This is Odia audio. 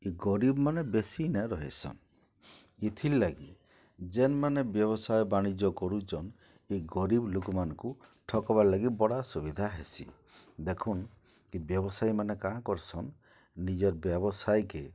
ଇ ଗରିବ୍ମାନେ ବେସି ଇନେ ରହେସନ୍ ଇଥିର୍ଲାଗି ଯେନ୍ମାନେ ବ୍ୟବସାୟ ବାଣିଜ୍ୟ କରୁଚନ୍ ଇ ଗରିବ୍ ଲୋକମାନ୍କୁ ଠକ୍ବାର୍ଲାଗି ବଡ଼ା ସୁବିଧା ହେସି ଦେଖୁନ୍ ଇ ବ୍ୟବସାୟୀମାନେ କାଣା କର୍ସନ୍ ନିଜର୍ ବ୍ୟବସାୟକେ